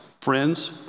friends